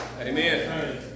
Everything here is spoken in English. Amen